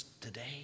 today